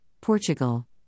Portugal